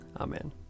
Amen